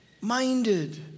minded